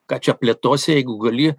ką čia plėtosi jeigu gali